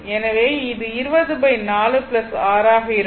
எனவே இது 204 6 ஆக இருக்கும்